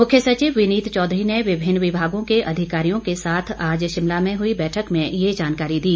मुख्य सचिव विनीत चौधरी ने विभिन्न विभागों के अधिकारियों के साथ आज शिमला में हुई बैठक में ये जानकारी दी